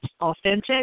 authentic